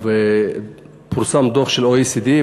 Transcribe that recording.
פורסם דוח של ה-OECD,